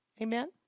Amen